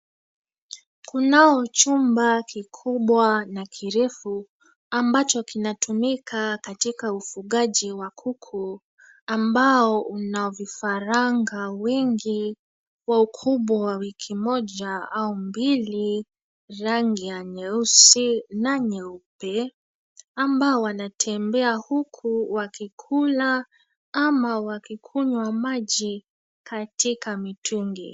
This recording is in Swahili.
Kunao chumba kikubwa na kirefu ambacho kinatumika katika ufugaji wa kuku; ambao mna vifaranga wengi wa ukubwa wa wiki moja au mbili, rangi nyeusi na nyeupe ambao wanatembea huku wakikula ama wakikunywa maji katika mitungi.